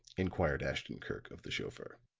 inquired ashton-kirk of the chauffeur.